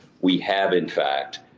we have, in fact,